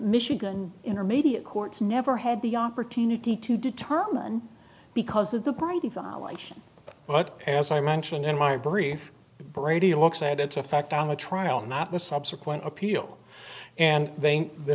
michigan intermediate courts never had the opportunity to determine because of the bright lights but as i mentioned in my brief brady looks at its effect on the trial not the subsequent appeal and